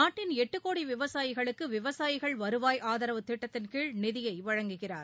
நாட்டின் எட்டு கோடி விவசாயிகளுக்கு விவசாயிகள் வருவாய் ஆதரவு திட்டத்தின் கீழ் நிதியை வழங்குகிறார்